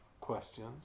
questions